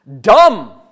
dumb